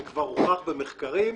זה כבר הוכח במחקרים,